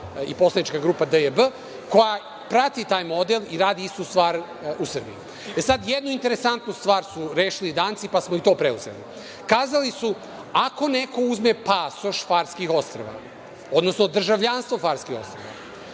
i poslanička grupa DJB, koja prati taj model i radi istu stvar u Srbiji.E sad, jednu interesantnu stvar su rešili Danci, pa smo i to preuzeli. Kazali su – ako neko uzme pasoš Farskih Ostrva, odnosno državljanstvo Farskih Ostrva,